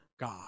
God